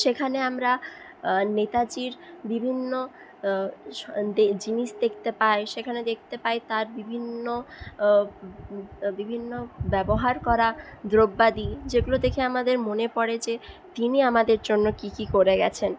সেখানে আমরা নেতাজির বিভিন্ন জিনিস দেখতে পাই সেখানে দেখতে পাই তার বিভিন্ন বিভিন্ন ব্যবহার করা দ্রব্যাদি যেগুলো দেখে আমাদের মনে পড়ে যে তিনি আমাদের জন্য কী কী করে গিয়েছেন